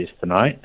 tonight